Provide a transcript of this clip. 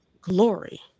glory